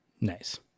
Nice